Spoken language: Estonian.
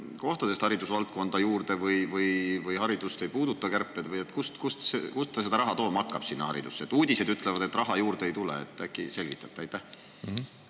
kohtadest haridusvaldkonda juurde või haridust kärped ei puuduta? Kust ta seda raha tooma hakkab sinna haridusse? Uudised ütlevad, et raha juurde ei tule. Äkki selgitate? Aitäh,